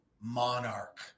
Monarch